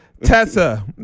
Tessa